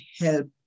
help